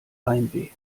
heimweh